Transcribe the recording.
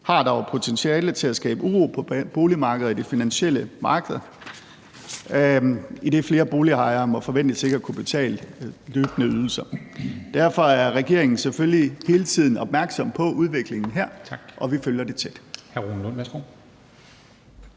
har dog potentiale til at skabe uro på boligmarkedet og i det finansielle marked, idet flere boligejere må forventes ikke at kunne betale løbende ydelser. Derfor er regeringen selvfølgelig hele tiden opmærksom på udviklingen her, og vi følger det tæt.